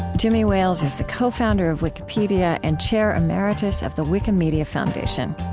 jimmy wales is the co-founder of wikipedia and chair emeritus of the wikimedia foundation